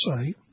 say